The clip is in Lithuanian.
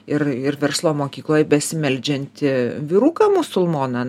ir ir verslo mokykloje besimeldžiantį vyruką musulmoną